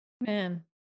Man